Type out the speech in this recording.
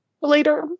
later